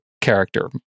character